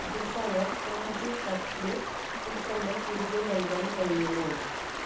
desire kaju katli ഉൽപ്പന്നം തിരികെ നൾകാൻ കഴിയുമോ